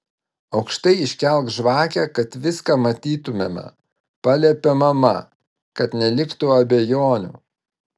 aukštai iškelk žvakę kad viską matytumėme paliepė mama kad neliktų abejonių